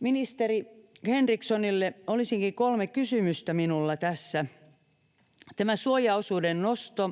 Ministeri Henrikssonille olisikin minulla tässä kolme kysymystä: Tästä suojaosuuden nostosta